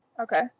Okay